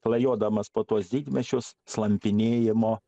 klajodamas po tuos didmiesčius slampinėjimo